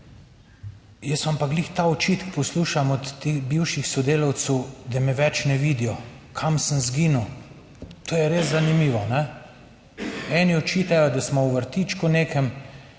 jaz vam pa glih ta očitek poslušam od bivših sodelavcev, da me več ne vidijo, kam sem izginil. To je res zanimivo. Eni očitajo, da smo v vrtičku nekem,